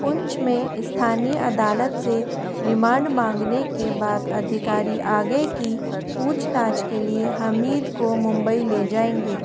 पुंछ में स्थानीय अदालत से रिमांड माँगने के बाद अधिकारी आगे की पूछताछ के लिए हमीद को मुंबई ले जाएँगे